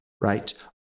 right